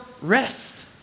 rest